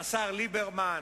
השר ליברמן